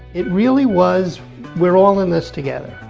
it really was we're all in this together